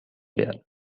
werden